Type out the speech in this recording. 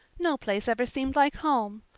no place ever seemed like home.